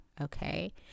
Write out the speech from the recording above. Okay